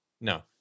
No